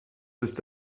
ist